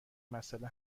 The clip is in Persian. مساله